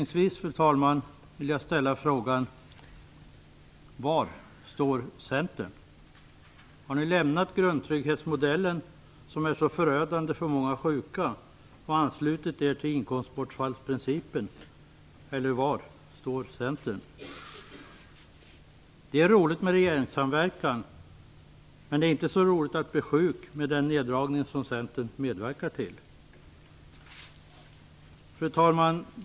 Jag vill avslutningsvis ställa frågan: Var står Centern? Har ni lämnat grundtrygghetsmodellen, vilket är så förödande för många sjuka, och anslutit er till inkomstbortfallsprincipen? Det är roligt med regeringssamverkan. Men det är inte så roligt att bli sjuk med den neddragning som Centern medverkar till. Fru talman!